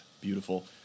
Beautiful